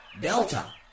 Delta